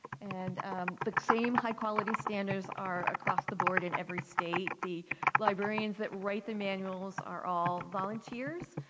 and the same high quality standards are across the board in every state. the librarians that write the manuals are all volunteers,